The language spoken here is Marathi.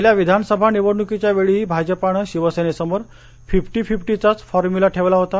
गेल्या विधानसभा निवडणुकीच्या वेळीही भाजपानं शिवसेनेसमोर फिफ्टी फिफ्टीचाच फॉर्म्युला ठेवला होता